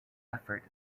effort